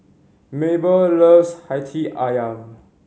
Mabell loves Hati Ayam